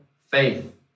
faith